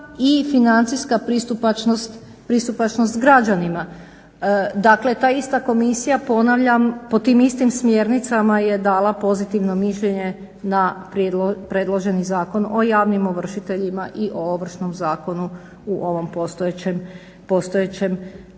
i financijska pristupačnost građanima. Dakle, ta ista komisija ponavljam po tim istim smjernicama je dala pozitivno mišljenje na predloženi Zakon o javnim ovršiteljima i o Ovršnom zakonu u ovom postojećem